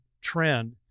trend